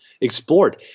explored